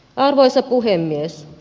arvoisa puhemies